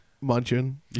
Munching